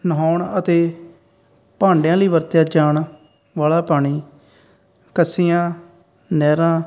ਨਹਾਉਣ ਅਤੇ ਭਾਂਡਿਆਂ ਲਈ ਵਰਤਿਆ ਜਾਣ ਵਾਲਾ ਪਾਣੀ ਕੱਸੀਆਂ ਨਹਿਰਾਂ